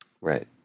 right